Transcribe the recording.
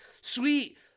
sweet